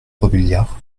robiliard